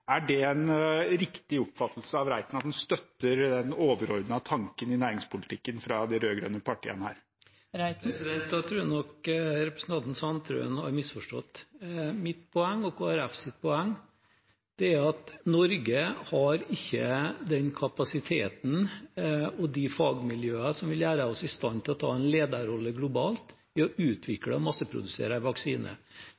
Er det en riktig oppfatning? Støtter Reiten den overordnede tanken til de rød-grønne partiene i næringspolitikken? Jeg tror nok representanten Sandtrøen har misforstått. Mitt og Kristelig Folkepartis poeng er at Norge ikke har den kapasiteten og de fagmiljøene som vil gjøre oss i stand til å ta en lederrolle globalt i å